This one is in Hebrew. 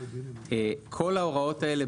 כל ההוראות האלה,